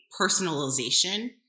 personalization